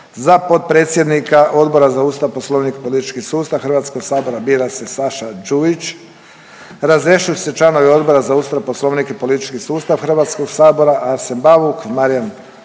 Za potpredsjednika Odbora za Ustav, Poslovnik i politički sustav Hrvatskog sabora bira se Saša Đujić. Razrješuju se članovi Odbora za Ustav, Poslovnik i politički sustav Hrvatskog sabora Arsen Bauk, Marijan Marijan